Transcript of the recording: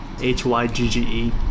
h-y-g-g-e